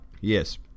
Yes